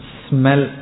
smell